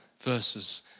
verses